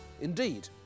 Indeed